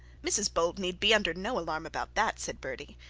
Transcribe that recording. mrs bold need be under no alarm about that said bertie,